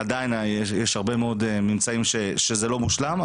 עדיין יש הרבה מאוד ממצאים שזה לא מושלם.